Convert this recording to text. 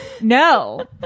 No